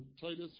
Titus